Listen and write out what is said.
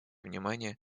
внимание